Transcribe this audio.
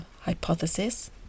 hypothesis